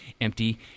empty